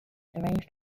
arranged